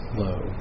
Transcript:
low